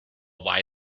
why